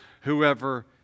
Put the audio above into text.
whoever